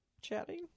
chatting